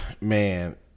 Man